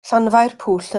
llanfairpwll